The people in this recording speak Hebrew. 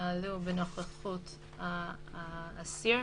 יתנהלו בנוכחות האסיר,